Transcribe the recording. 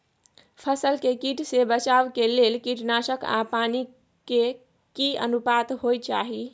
फसल के कीट से बचाव के लेल कीटनासक आ पानी के की अनुपात होय चाही?